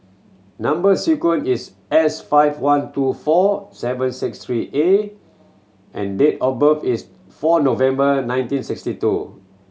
number sequence is S five one two four seven six three A and date of birth is four November nineteen sixty two